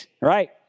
right